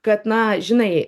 kad na žinai